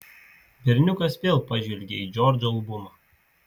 berniukas vėl pažvelgė į džordžo albumą